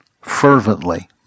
fervently